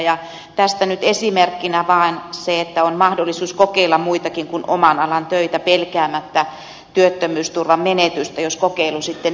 tästä nyt esimerkkinä vaan se että on mahdollisuus kokeilla muitakin kuin oman alan töitä pelkäämättä työttömyysturvan menetystä jos kokeilu sitten epäonnistuu